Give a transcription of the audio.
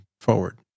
forward